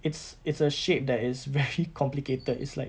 it's it's a shape that is very complicated it's like